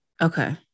Okay